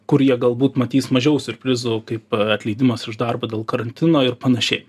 kur jie galbūt matys mažiau siurprizų kaip atleidimas už darbą dėl karantino ir panašiai